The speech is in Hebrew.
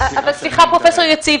פרופ' יציב,